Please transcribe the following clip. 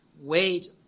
Wait